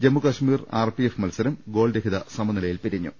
Jammu Kashmir RPF മത്സരം ഗോൾരഹിത സമനിലയിൽ പിരിഞ്ഞു